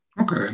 Okay